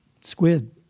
squid